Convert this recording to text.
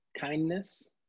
kindness